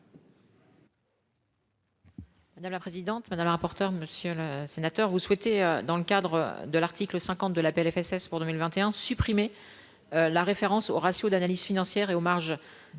Madame la présidente, madame la rapporteure, monsieur le sénateur vous souhaitez dans le cadre de l'article 50 de la Plfss pour 2021, supprimer la référence au ratio d'analyse financière et aux marges financières